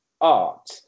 art